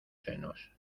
senos